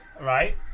right